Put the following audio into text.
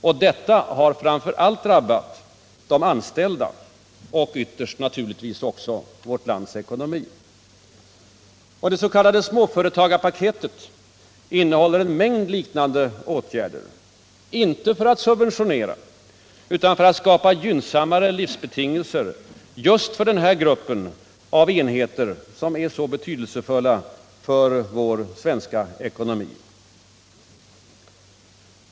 Och detta har framför allt drabbat de anställda och ytterst naturligtvis också vårt lands ekonomi. Det s.k. småföretagarpaketet innehåller en mängd liknande åtgärder, inte för att subventionera utan för att skapa gynnsammare livsbetingelser just för denna grupp av enheter, som är så betydelsefull för vår svenska ekonomi.